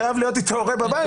חייב להיות איתו הורה בבית.